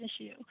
issue